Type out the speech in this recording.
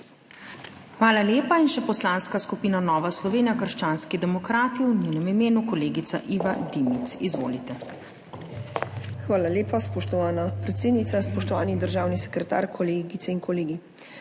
Hvala lepa. In še Poslanska skupina Nova Slovenija krščanski demokrati, v njenem imenu kolegica Iva Dimic. Izvolite. IVA DIMIC (PS NSi): Hvala lepa spoštovana predsednica. Spoštovani državni sekretar, kolegice in kolegi.